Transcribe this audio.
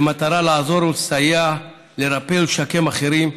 במטרה לעזור ולסייע, לרפא ולשקם אחרים,